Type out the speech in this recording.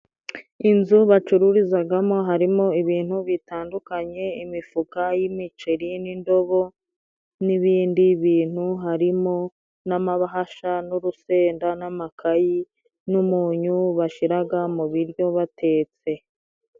Inzu bacururizagamo harimo ibintu bitandukanye, imifuka y'imiceri n'indobo n'ibindi bintu harimo n'amabahasha n'urusenda n'amakayi n'umunyu bashiraga mu biryo batetse.